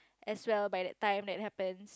as well by that time that happens